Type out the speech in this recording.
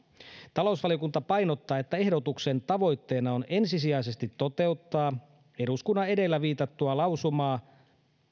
talousvaliokunta painottaa että ehdotuksen tavoitteena on ensisijaisesti toteuttaa eduskunnan edellä viitattua lausumaa